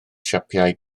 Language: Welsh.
siapau